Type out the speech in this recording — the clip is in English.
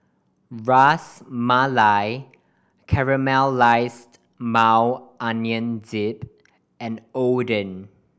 Ras Malai Caramelized Maui Onion Dip and Oden